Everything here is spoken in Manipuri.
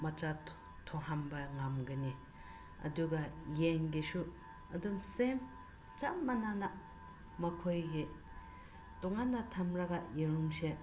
ꯃꯆꯥ ꯊꯣꯛꯍꯟꯕ ꯉꯝꯒꯅꯤ ꯑꯗꯨꯒ ꯌꯦꯟꯒꯤꯁꯨ ꯑꯗꯨꯝ ꯁꯦꯝ ꯆꯞ ꯃꯥꯟꯅꯅ ꯃꯈꯣꯏꯒꯤ ꯇꯣꯉꯥꯟꯅ ꯊꯝꯂꯒ ꯌꯦꯔꯨꯝꯁꯦ